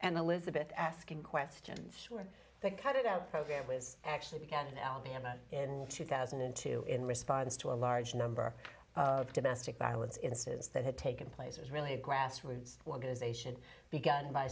and elizabeth asking questions when they cut it out program was actually began in alabama in two thousand and two in response to a large number of domestic violence incidents that had taken place was really a grassroots organization begun by